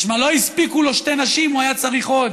משמע לא הספיקו לו שתי נשים, הוא היה צריך עוד.